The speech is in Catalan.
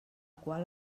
qual